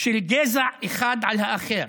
של גזע אחד על האחר,